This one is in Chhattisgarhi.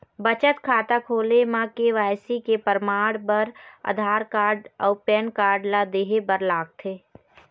बचत खाता खोले म के.वाइ.सी के परमाण बर आधार कार्ड अउ पैन कार्ड ला देहे बर लागथे